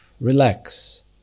relax